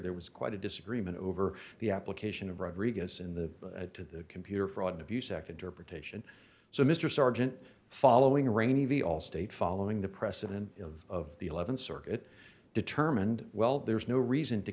there was quite a disagreement over the application of rodriguez in the to the computer fraud and abuse act interpretation so mr sergeant following rainy all state following the precedent of the th circuit determined well there's no reason to